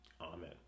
Amen